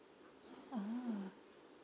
ah